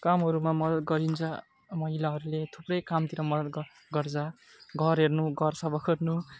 कामहरूमा मदद गरिन्छ महिलाहरूले थुप्रै कामतिर मदद ग गर्छ घर हेर्नु घर सफा गर्नु